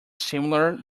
similar